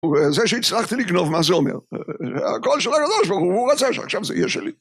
וזה שהצלחתי לגנוב מה זה אומר? הקדוש ברוך הוא רוצה שעכשיו זה יהיה שלי.